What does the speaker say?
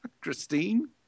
Christine